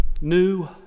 new